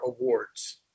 awards